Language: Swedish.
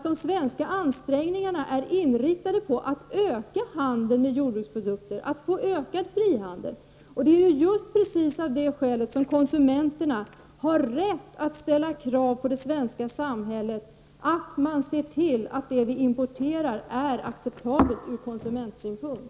De svenska ansträngningarna är inriktade på att öka handeln med jordbruksprodukter och att åstadkomma ökad frihandel. Det är just av detta skäl som konsumenterna har rätt att ställa krav på det svenska samhället att man ser till att det som importeras är acceptabelt från konsumentsynpunkt.